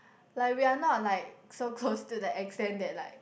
like we are not like so close to the extent that like